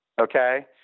Okay